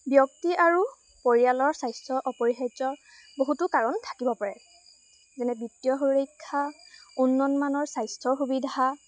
ব্যক্তি আৰু পৰিয়ালৰ স্বাস্থ্য অপৰিহাৰ্যৰ বহুতো কাৰণ থাকিব পাৰে যেনে বিত্তীয় সুৰক্ষা উন্নতমানৰ স্বাস্থ্যৰ সুবিধা